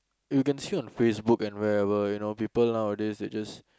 you can see on the Facebook and wherever you know people nowadays they just